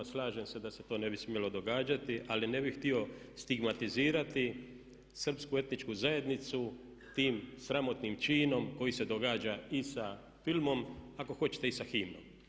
Slažem se da se to ne bi smjelo događati ali ne bih htio stigmatizirati srpsku etničku zajednicu tim sramotnim činom koji se događa i sa filmom, ako hoćete i sa himnom.